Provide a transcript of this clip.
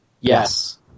Yes